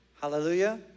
Hallelujah